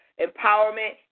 empowerment